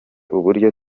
uburyo